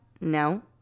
No